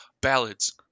ballads